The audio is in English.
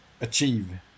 achieve